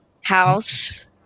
House